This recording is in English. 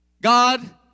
God